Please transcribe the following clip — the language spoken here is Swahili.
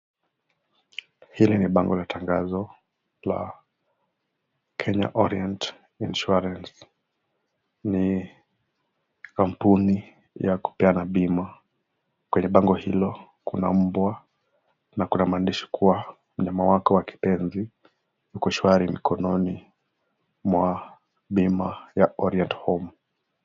Hili ni bango la tangazo la Kenya Orient Insurance . Ni kampuni ya kupeana bima. Kwenye bango hilo kuna mbwa na kuna maandishi kuwa mnyama wako wa kipenzi yuko shwari mikononi mwa bima ya Orient Home .